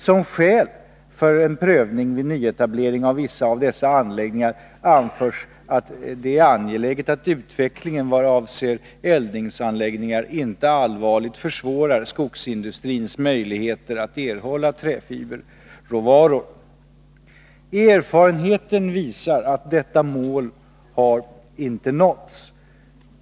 Som skäl för en prövning vid nyetablering av vissa av dessa anläggningar anförs att det är angeläget att utvecklingen vad avser eldningsanläggningar inte allvarligt försvårar skogsindustrins möjligheter att erhålla träfiberråvaror. Erfarenheten visar att detta mål inte har nåtts.